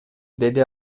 деди